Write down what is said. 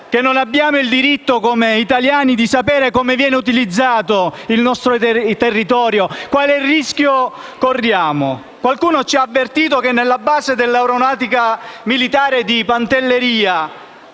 che non abbiamo il diritto, come italiani, di sapere come viene utilizzato il nostro territorio e quale rischio corriamo? Qualcuno ci ha avvertito che nella base dell'aeronautica militare di Pantelleria